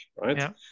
right